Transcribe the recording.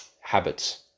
habits